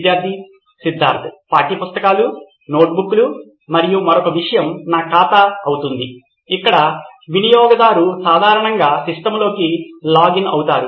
విద్యార్థి సిద్ధార్థ్ పాఠ్యపుస్తకాలు నోట్బుక్లు మరియు మరొక విషయం నా ఖాతా అవుతుంది ఇక్కడ వినియోగదారు సాధారణంగా సిస్టమ్లోకి లాగిన్ అవుతారు